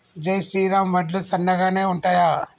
జై శ్రీరామ్ వడ్లు సన్నగనె ఉంటయా?